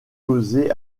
causer